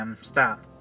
stop